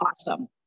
awesome